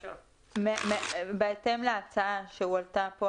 בהתאם להצעה שהועלתה כאן